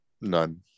None